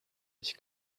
ich